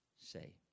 say